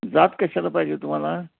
जात कशाला पाहिजे तुम्हाला